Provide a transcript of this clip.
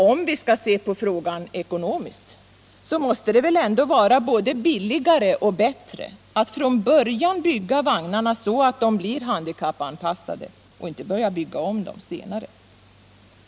Om vi skall se på frågan ekonomiskt måste det väl ändå vara billigare och bättre att från början bygga vagnarna så att de blir handikappanpassade än att bygga om dem senare.